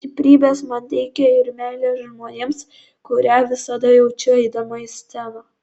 stiprybės man teikia ir meilė žmonėms kurią visada jaučiu eidama į sceną